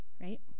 right